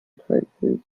typefaces